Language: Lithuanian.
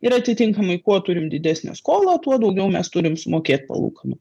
ir atitinkamai kuo turim didesnę skolą tuo daugiau mes turim sumokėt palūkanų